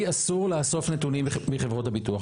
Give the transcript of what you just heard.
לי אסור לאסוף נתונים מחברות הביטוח.